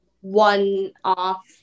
one-off